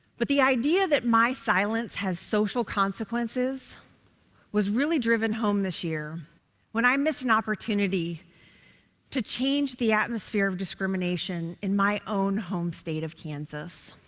but the idea that my silence has social consequences was really driven home this year when i missed an opportunity to change the atmosphere of discrimination in my own home state of kansas.